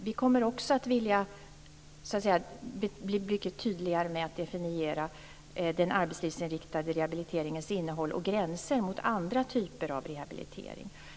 Vi kommer att bli mycket tydligare med att definiera den arbetslivsinriktade rehabiliteringens innehåll och gränser mot andra typer av rehabilitering.